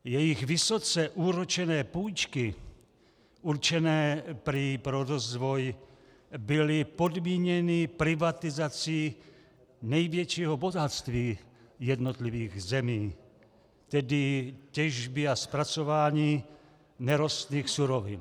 Jejich vysoce úročené půjčky, určené prý pro rozvoj, byly podmíněny privatizací největšího bohatství jednotlivých zemí, tedy těžby a zpracování nerostných surovin.